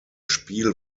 spiel